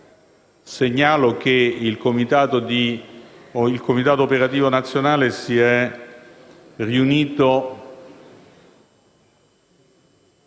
Segnalo che il Comitato operativo nazionale si è riunito